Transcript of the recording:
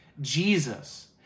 Jesus